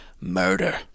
murder